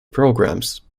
programs